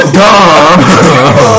dumb